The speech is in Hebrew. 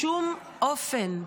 בשום אופן,